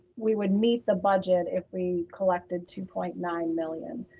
we would meet the budget if we collected two point nine million.